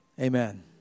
Amen